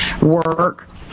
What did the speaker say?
work